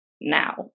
now